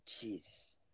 Jesus